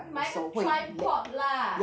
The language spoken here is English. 买一个 tripod lah